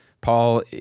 Paul